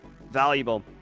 valuable